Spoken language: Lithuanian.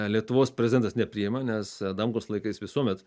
lietuvos prezidentas nepriima nes adamkaus laikais visuomet